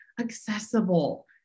accessible